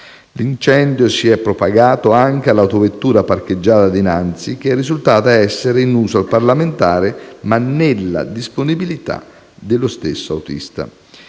L'incendio si è propagato anche all'autovettura parcheggiata dinanzi, che è risultata essere in uso al parlamentare, ma nella disponibilità dello stesso autista.